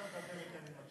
כל מה שאת מדברת, אני מקשיב.